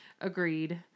agreed